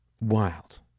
wild